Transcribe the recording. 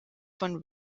von